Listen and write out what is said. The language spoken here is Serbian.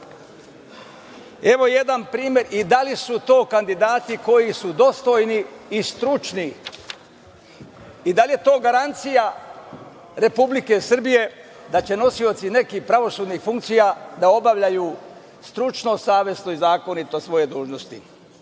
ili ne? I da li su to kandidati koji su dostojni i stručni i da li je to garancija Republike Srbije da će nosioci nekih pravosudnih funkcija da obavljaju stručno, savesno i zakonito svoje dužnosti? Evo